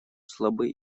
слабы